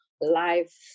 life